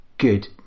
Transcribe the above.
good